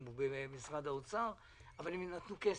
במשרד האוצר לא הסכימו אבל הוא נתן כסף.